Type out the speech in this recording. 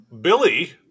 Billy